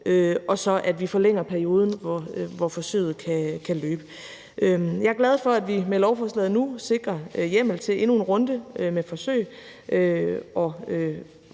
og vi forlænger også perioden, som forsøget kan løbe i. Jeg er glad for, at vi med lovforslaget nu sikrer hjemmel til endnu en runde med forsøg,